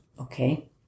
Okay